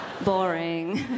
boring